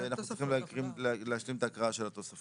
ואנחנו צריכים להשלים את ההקראה של התוספות.